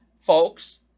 folks